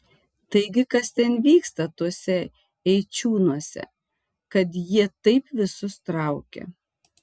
taigi kas ten vyksta tuose eičiūnuose kad jie taip visus traukia